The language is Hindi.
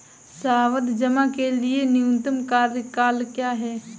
सावधि जमा के लिए न्यूनतम कार्यकाल क्या है?